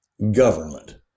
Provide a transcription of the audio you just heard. Government